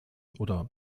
oder